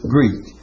Greek